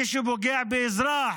מי שפוגע באזרח,